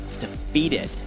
defeated